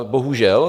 Bohužel.